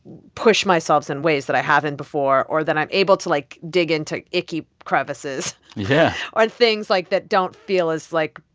push myself in ways that i haven't before or that i'm able to, like, dig into icky crevices. yeah. or things, like, that don't feel as, like,